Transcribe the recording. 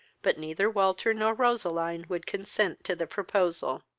but neither walter nor roseline would consent to the proposal.